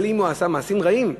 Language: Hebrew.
אבל אם הוא עשה מעשים רעים,